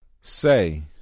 Say